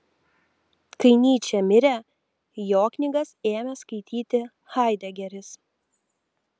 kai nyčė mirė jo knygas ėmė skaityti haidegeris